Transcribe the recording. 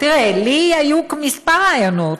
תראה, לי היו כמה רעיונות.